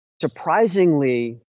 surprisingly